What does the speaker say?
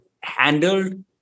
handled